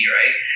right